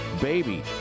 baby